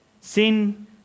Sin